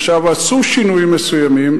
עשו שינויים מסוימים,